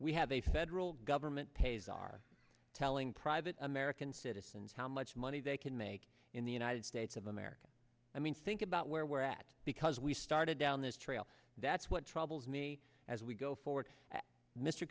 we have a federal government pays our telling private american citizens how much money they can make in the united states of america i mean think about where we're at because we started down this trail that's what troubles me as we go forward m